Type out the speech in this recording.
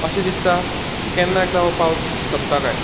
अशें दिसता की केन्ना एकदां हो पावस सोंपता काय